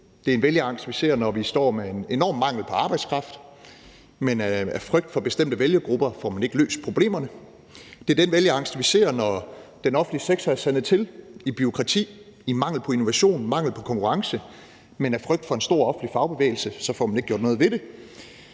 Det er en vælgerangst, vi ser, når vi står med en enorm mangel på arbejdskraft, men af frygt for bestemte vælgergrupper får man ikke løst problemerne. Det er den vælgerangst, vi ser, når den offentlige sektor er sandet til i bureaukrati, i mangel på innovation, mangel på konkurrence, men af frygt for en stor offentlig fagbevægelse får man ikke gjort noget ved det.